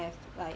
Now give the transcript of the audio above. have like